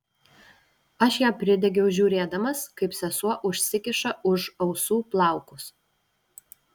aš ją pridegiau žiūrėdamas kaip sesuo užsikiša už ausų plaukus